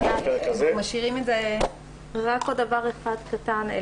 רק עוד דבר אחד קטן.